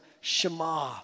Shema